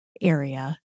area